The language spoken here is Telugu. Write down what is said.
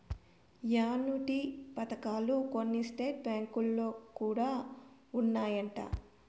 యాన్యుటీ పథకాలు కొన్ని స్టేట్ బ్యాంకులో కూడా ఉన్నాయంట